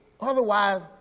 Otherwise